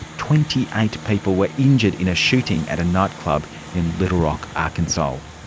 twenty eight people were injured in a shooting at a nightclub in little rock, arkansas.